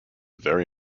very